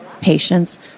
patients